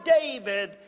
David